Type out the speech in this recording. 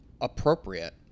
appropriate